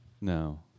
No